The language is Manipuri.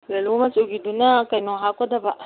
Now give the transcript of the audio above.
ꯌꯦꯜꯂꯣ ꯃꯆꯨꯒꯤꯗꯨꯅ ꯀꯩꯅꯣ ꯍꯥꯞꯀꯗꯕ